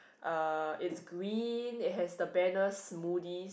uh it's green it has the banner smoothie